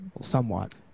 somewhat